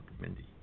Mindy